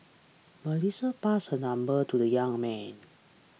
Melissa passed her number to the young man